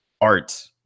art